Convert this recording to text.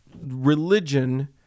religion